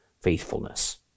faithfulness